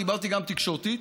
דיברתי גם תקשורתית,